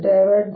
H